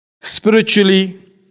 Spiritually